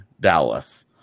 Dallas